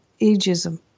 ageism